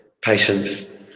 patience